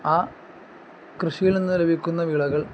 ആ കൃഷിയിൽ നിന്ന് ലഭിക്കുന്ന വിളകൾ